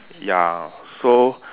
ya so